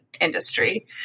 industry